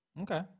Okay